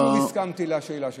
שוב הסכמתי לשאלה שלך.